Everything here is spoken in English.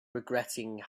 regretting